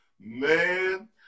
Man